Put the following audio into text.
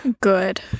good